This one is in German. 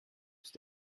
ist